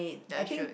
yeah you should